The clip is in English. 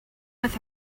with